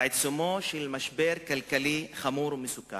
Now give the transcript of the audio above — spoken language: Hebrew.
בעיצומו של משבר כלכלי חמור ומסוכן,